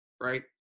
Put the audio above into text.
right